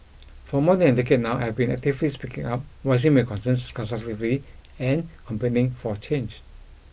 for more than a decade now I've been actively speaking up voicing my concerns constructively and campaigning for change